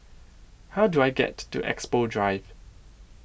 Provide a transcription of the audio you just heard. How Do I get to Expo Drive